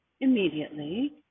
immediately